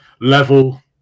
level